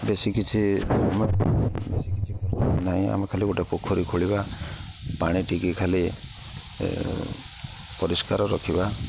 ବେଶୀ କିଛି ବେଶୀ କିଛି କରିବାର ନାହିଁ ଆମେ ଖାଲି ଗୋଟେ ପୋଖରୀ ଖୋଳିବା ପାଣି ଟିକେ ଖାଲି ପରିଷ୍କାର ରଖିବା